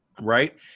Right